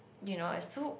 you know and so